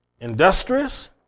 industrious